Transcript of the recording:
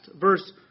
verse